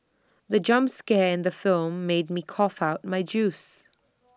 the jump scare in the film made me cough out my juice